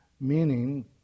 meaning